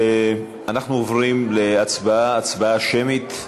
אנחנו עוברים להצבעה, הצבעה שמית.